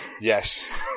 Yes